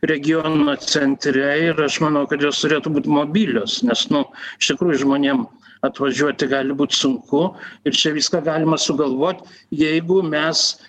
regiono centre ir aš manau kad jos turėtų būt mobilios nes nu iš tikrųjų žmonėm atvažiuoti gali būt sunku ir čia viską galima sugalvot jeigu mes